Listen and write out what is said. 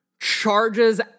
charges